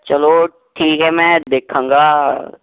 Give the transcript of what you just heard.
ਚੱਲੋ ਠੀਕ ਹੈ ਮੈਂ ਦੇਖਾਂਗਾ